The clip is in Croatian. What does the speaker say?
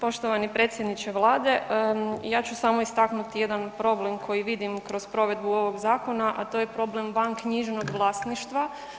Poštovani predsjedniče Vlade, ja ću samo istaknuti jedan problem koji vidim kroz provedbu ovog zakona, a to je problem vanknjižnog vlasništva.